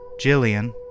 Jillian